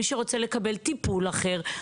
מי שרוצה לקבל טיפול אחר,